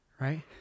Right